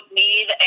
need